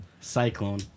Cyclone